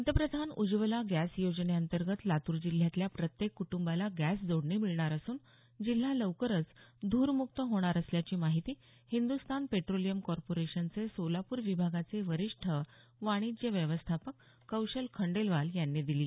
पंतप्रधान उज्वला गॅस योजने अंतर्गत लातूर जिल्ह्यातल्या प्रत्येक कुटुंबाला गॅस जोडणी मिळणार असून जिल्हा लवकरच धूरमुक्त होणार असल्याची माहिती हिंदुस्तान पेट्रोलियम कॉर्पोरेशनचे सोलापूर विभागाचे वरिष्ठ वाणिज्य व्यवस्थापक कौशल खंडेलवाल यांनी दिली